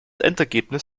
endergebnis